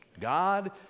God